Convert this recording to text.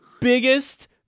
biggest